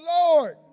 Lord